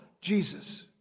Jesus